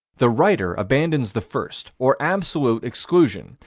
the writer abandons the first, or absolute, exclusion,